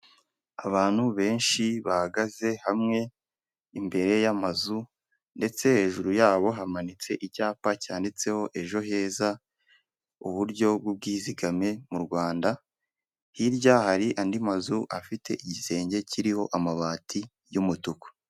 Abantu benshi bahagaze hamwe imbere y'amazu, ndetse hejuru yabo hamanitse icyapa cyanditseho EjoHeza uburyo bw'ubwizigame mu Rwanda, hirya hari andi mazu afite igisenge kiriho amabati y'umutuku.